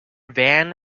van